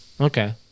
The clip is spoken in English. Okay